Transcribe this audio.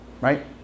right